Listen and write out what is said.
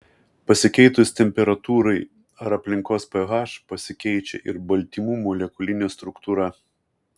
pasikeitus temperatūrai ar aplinkos ph pasikeičia ir baltymų molekulinė struktūra